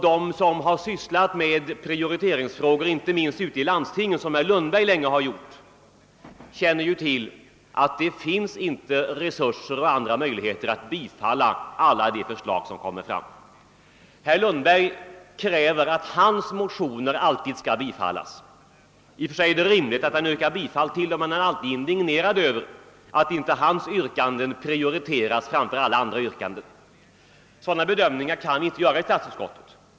De som har sysslat med prioriteringsfrågor — inte minst ute i landstingen, som herr Lundberg länge gjort — känner ju till att det inte finns resurser och andra förutsättningar att bifalla alla de förslag som framställs. Herr Lundberg kräver att hans motioner valltid skall tillstyrkas. I och för sig är det naturligt att han yrkar bifall till dem, men det är inte rimligt att han blir indignerad över att hans yrkanden inte prioriteras framför alla andra yrkanden.